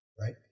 right